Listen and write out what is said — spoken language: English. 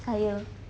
saya